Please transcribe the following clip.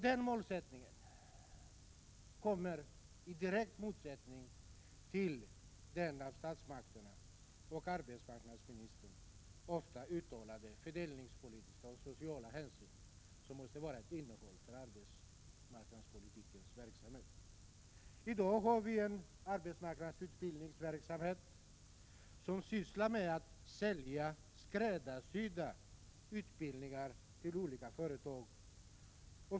Det målet kommer i direkt motsättning till den av statsmakterna och arbetsmarknadsministern ofta uttalade fördelningspolitiska och sociala hänsynen, som i sin tur skall vara innehållet i arbetsmarknadspolitikens verksamhet. I dag har vi en utbildningsverksamhet på arbetsmarknaden som sysslar med att sälja skräddarsydda utbildningar till olika företag.